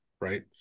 right